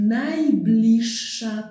najbliższa